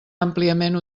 àmpliament